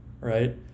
right